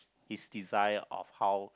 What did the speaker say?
his desire of how